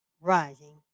rising